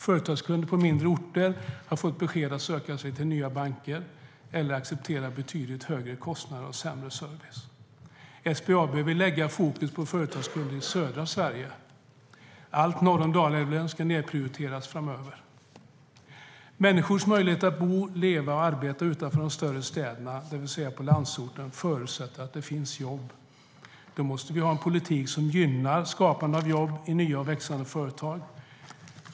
Företagskunder på mindre orter har fått beskedet att de ska söka sig till nya banker eller acceptera betydligt högre kostnader och sämre service. SBAB vill lägga fokus på företagskunder i södra Sverige. Allt norr om Dalälven ska nedprioriteras framöver. Människors möjlighet att bo, leva och arbeta utanför de större städerna, det vill säga i landsorten, förutsätter att det finns jobb. Då måste vi ha en politik som gynnar skapande av jobb i nya och växande företag.